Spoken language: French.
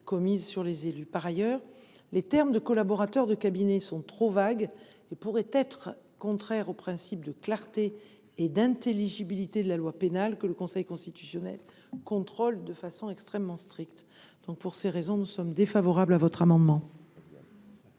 commises sur les élus. Par ailleurs, les termes « collaborateurs de cabinet » sont trop vagues et pourraient être contraires aux principes de clarté et d’intelligibilité de la loi pénale, que le Conseil constitutionnel contrôle de façon extrêmement stricte. Pour ces raisons, nous sommes défavorables à votre amendement.